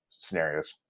scenarios